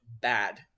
bad